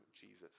Jesus